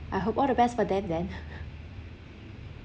I hope all the best for them then